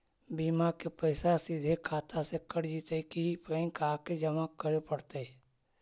बिमा के पैसा सिधे खाता से कट जितै कि बैंक आके जमा करे पड़तै?